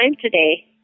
today